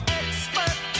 expert